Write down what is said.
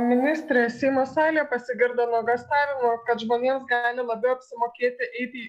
ministre seimo salė pasigirdo nuogąstavimų kad žmonėms gali labiau apsimokėti eiti į